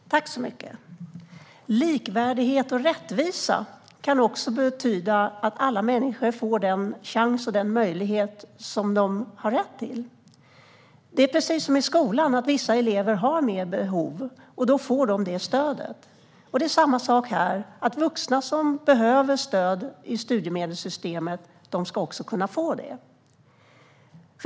Fru talman! Likvärdighet och rättvisa kan också betyda att alla människor får den chans och den möjlighet som de har rätt till. Det är precis som i skolan: Vissa elever har större behov, och då får de detta stöd. Det är samma sak här: Vuxna som behöver stöd i studiemedelssystemet ska också kunna få det.